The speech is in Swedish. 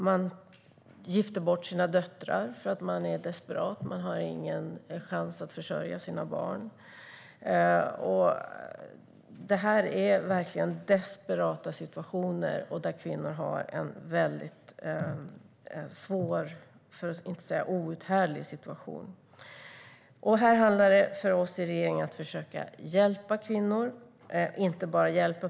Man gifter bort sina döttrar för att man är desperat. Man har ingen chans att försörja sina barn. Det här är verkligen desperata situationer där kvinnor har en väldigt svår - för att inte säga outhärdlig - tillvaro. För oss i regeringen handlar det om att försöka att hjälpa kvinnor.